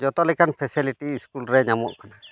ᱡᱚᱛᱚ ᱞᱮᱠᱟᱱ ᱨᱮ ᱧᱟᱢᱚᱜ ᱠᱟᱱᱟ